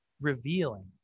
revealing